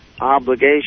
obligation